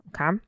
okay